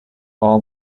all